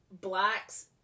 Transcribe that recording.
Blacks